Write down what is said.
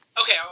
Okay